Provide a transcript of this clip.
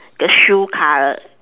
the shoe color